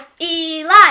Eli